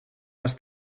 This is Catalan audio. les